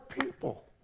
people